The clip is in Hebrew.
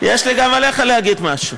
יש לי גם עליך להגיד משהו.